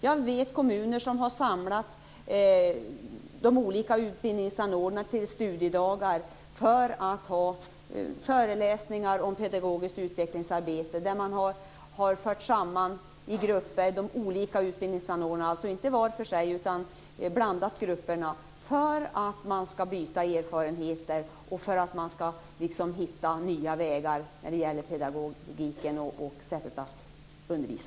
Jag vet kommuner som har samlat de olika utbildningsanordnarna till studiedagar för att ha föreläsningar om pedagogiskt utvecklingsarbete. De olika utbildningsanordnarna har förts samman i blandade grupper för att de skall kunna byta erfarenheter och hitta nya vägar när det gäller pedagogiken och sättet att undervisa.